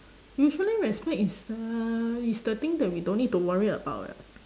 usually respect is uh is the thing that we don't need to worry about eh